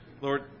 Lord